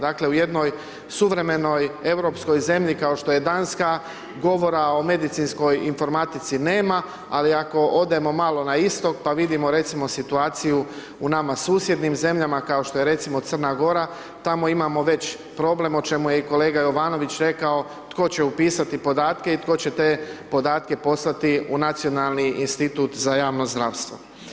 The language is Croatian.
Dakle, u jednoj suvremenoj europskoj zemlji kao što je Danska, govora o medicinskoj informatici nema, ali ako odemo malo na istok, pa vidimo, recimo, situaciju, u nama susjednim zemljama, kao što je recimo Crna Gora, tamo imamo već problem, o čemu je i kolega Jovanović rekao, tko će upisati podatke i tko će te podatke poslati u Nacionalni institut za javno zdravstvo.